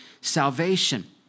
salvation